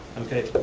okay,